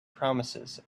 promises